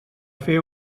fer